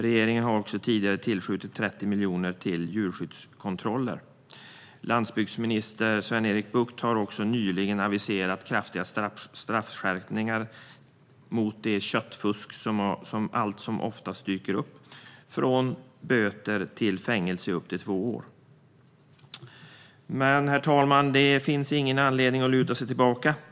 Regeringen har också tidigare tillskjutit 30 miljoner till djurskyddskontroller. Landsbygdsminister Sven-Erik Bucht har nyligen aviserat kraftiga straffskärpningar mot det köttfusk som allt som oftast dyker upp, från böter till fängelse i upp till två år. Herr talman! Det finns dock ingen anledning att luta sig tillbaka.